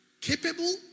capable